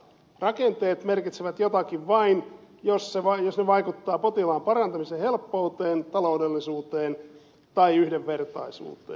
rakenteet merkitsevät jotakin vain jos ne vaikuttavat potilaan parantamisen helppouteen taloudellisuuteen tai yhdenvertaisuuteen